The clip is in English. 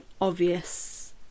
obvious